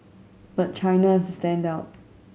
but China is the standout